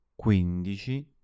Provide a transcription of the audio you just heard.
quindici